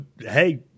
Hey